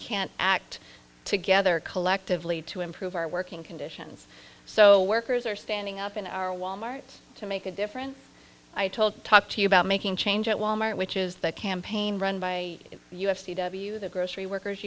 can't act together collectively to improve our working conditions so workers are standing up in our wal mart to make a difference i told talk to you about making change at walmart which is the campaign run by us t w the grocery workers